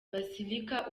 basilica